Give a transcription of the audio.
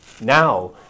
Now